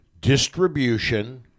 distribution